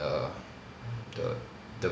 err the the